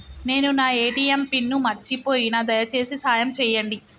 నేను నా ATM pin మర్చిపోయిన, దయచేసి సాయం చేయండి